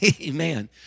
Amen